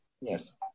Yes